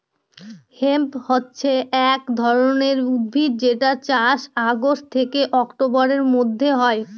hemp হছে এক ধরনের উদ্ভিদ যেটার চাষ অগাস্ট থেকে অক্টোবরের মধ্যে হয়